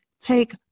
take